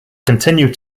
continued